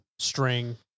String